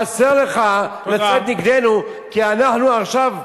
חסר לך לצאת נגדנו כי אנחנו עכשיו,